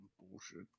bullshit